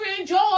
enjoy